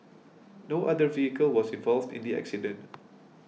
no other vehicle was involved in the accident